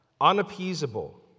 unappeasable